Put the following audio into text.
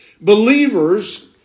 Believers